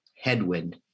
headwind